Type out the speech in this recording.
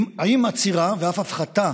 גם אם נלך להפחתה